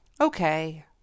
okay